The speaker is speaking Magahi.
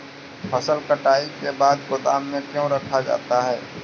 फसल कटाई के बाद गोदाम में क्यों रखा जाता है?